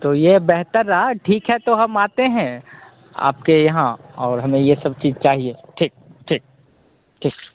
तो यह बेहतर रहा ठीक है तो हम आते हैं आपके यहाँ और हमें यह सब चीज़ चाहिए ठीक ठीक ठीक